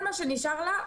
כל מה שנשאר לה,